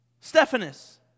Stephanus